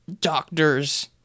doctors